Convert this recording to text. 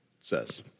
says